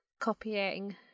copying